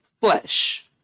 flesh